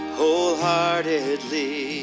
wholeheartedly